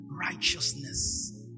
righteousness